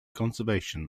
conservation